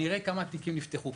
אני אראה כמה תיקים נפתחו,